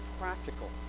practical